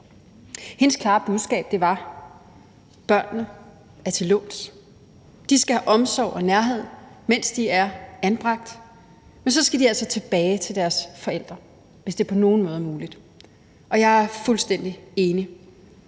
Hendes klare budskab var: Børnene er til låns, de skal have omsorg og nærhed, mens de er anbragt, men så skal de altså tilbage til deres forældre, hvis det på nogen måde er muligt. Jeg er fuldstændig enig: